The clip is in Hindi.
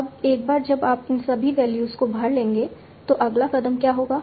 अब एक बार जब आप इन सभी वैल्यूज को भर लेंगे तो अगला कदम क्या होगा